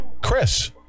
Chris